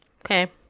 Okay